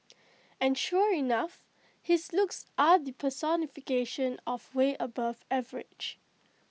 and sure enough his looks are the personification of way above average